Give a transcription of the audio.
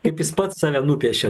kaip jis pats save nupiešė